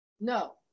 No